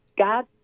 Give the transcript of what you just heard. God